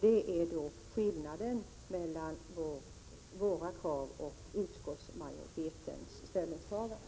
Det är skillnaden mellan våra krav och utskottsmajoritetens ställningstagande.